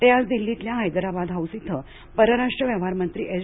ते आज दिल्लीतल्या हैदराबाद हाउस इथं परराष्ट्र व्यवहार मंत्री एस